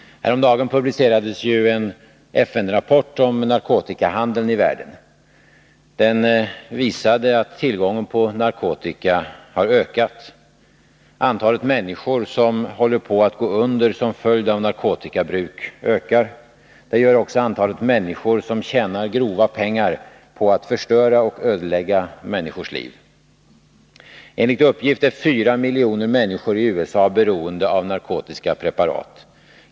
Häromdagen publicerades en FN-rapport om narkotikahandeln i världen. Den visade att tillgången på narkotika har ökat. Antalet människor som håller på att gå under som följd av narkotikabruk ökar. Det gör också antalet människor som tjänar grova pengar på att förstöra och ödelägga människors liv. Enligt uppgift är 4 miljoner människor i USA beroende av narkotiska preparat.